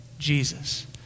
Jesus